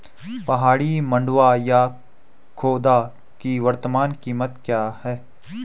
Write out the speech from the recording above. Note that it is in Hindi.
पहाड़ी मंडुवा या खोदा की वर्तमान कीमत क्या है?